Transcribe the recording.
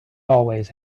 always